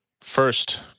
First